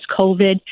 COVID